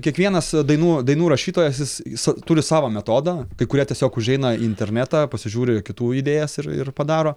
kiekvienas dainų dainų rašytojas jis jis turi savą metodą kai kurie tiesiog užeina į internetą pasižiūri kitų idėjas ir ir padaro